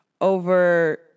over